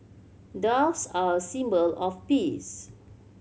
doves are a symbol of peace